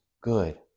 good